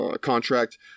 contract